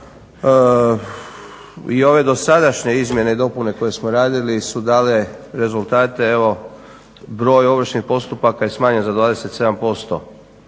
i ove dosadašnje izmjene i dopune koje smo radili su dale rezultate, evo broj ovršnih postupaka je smanjen za 27%